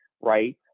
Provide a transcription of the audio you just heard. right